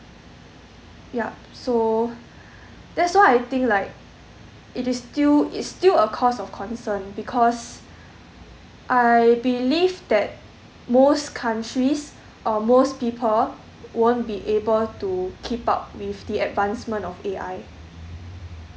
yup so that's why I think like it is still it's still a cause of concern because I believe that most countries or most people won't be able to keep up with the advancement of A_I